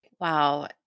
Wow